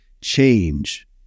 change